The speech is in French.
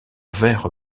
verre